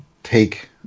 Take